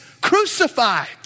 crucified